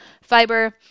fiber